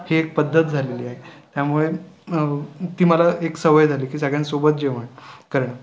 ही एक पद्धत झालेली आहे त्यामुळे ती मला एक सवय झाली की सगळ्यांसोबत जेवण करणं